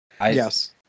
Yes